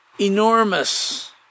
enormous